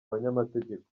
abanyamategeko